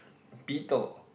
beetle